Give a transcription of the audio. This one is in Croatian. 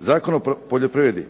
Zakon o poljoprivredi